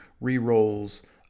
re-rolls